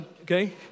Okay